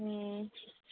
ꯎꯝ